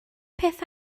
peth